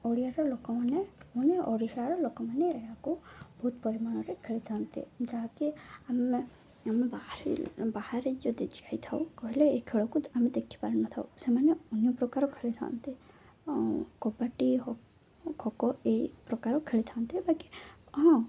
ଓଡ଼ିଆର ଲୋକମାନେ ମାନେ ଓଡ଼ିଶାର ଲୋକମାନେ ଏହାକୁ ବହୁତ ପରିମାଣରେ ଖେଳିଥାନ୍ତି ଯାହାକି ଆମେ ଆମେ ବାହାରେ ଯଦି ଯାଇଥାଉ କହିଲେ ଏ ଖେଳକୁ ଆମେ ଦେଖିପାରିନଥାଉ ସେମାନେ ଅନ୍ୟ ପ୍ରକାର ଖେଳିଥାନ୍ତି କବାଡ଼ି ଖୋଖୋ ଏଇ ପ୍ରକାର ଖେଳିଥାନ୍ତି ବାକି ହଁ